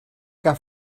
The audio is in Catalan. cap